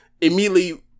immediately